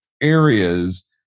areas